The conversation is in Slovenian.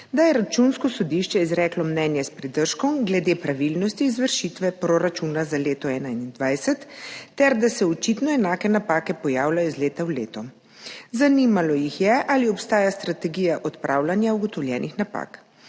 da je Računsko sodišče izreklo mnenje s pridržkom glede pravilnosti izvršitve proračuna za leto 2021 ter da se očitno enake napake pojavljajo iz leta v leto. Zanimalo jih je, ali obstaja strategija odpravljanja ugotovljenih napak.